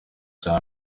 cya